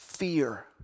fear